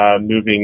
moving